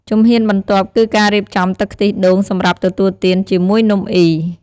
ជំហានបន្ទាប់គឺការរៀបចំទឹកខ្ទិះដូងសម្រាប់ទទួលទានជាមួយនំអុី។